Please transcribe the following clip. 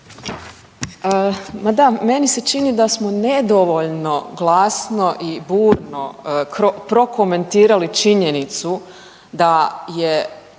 Ma da, meni se čini da smo nedovoljno glasno i burno prokomentirali činjenicu da je